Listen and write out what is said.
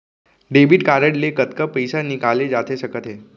Debit card ले कतका पइसा निकाले जाथे सकत हे?